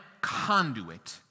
conduit